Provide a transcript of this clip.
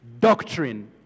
doctrine